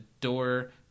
door